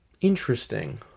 Interesting